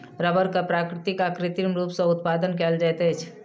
रबड़ के प्राकृतिक आ कृत्रिम रूप सॅ उत्पादन कयल जाइत अछि